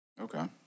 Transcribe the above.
Okay